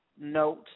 note